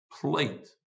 plate